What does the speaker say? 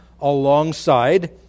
alongside